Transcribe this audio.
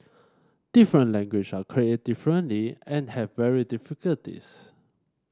different language are created differently and have varying difficulties